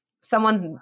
someone's